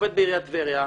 שעובד בעיריית טבריה,